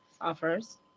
offers